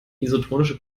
isotonische